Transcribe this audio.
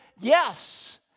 yes